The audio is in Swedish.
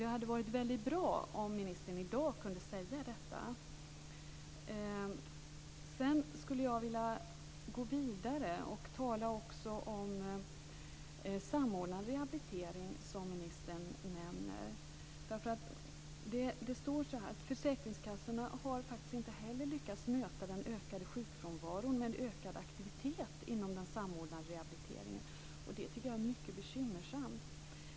Det hade varit väldigt bra om ministern hade kunnat tala om detta i dag. Sedan skulle jag vilja gå vidare och tala om den samordnade rehabilitering som ministern nämner. Försäkringskassorna har faktiskt inte heller lyckats möta den ökade sjukfrånvaron med ökad aktivitet inom den samordnade rehabiliteringen. Det tycker jag är mycket bekymmersamt.